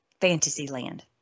Fantasyland